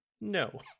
No